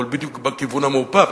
אבל בדיוק בכיוון המהופך,